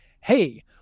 Hey